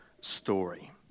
story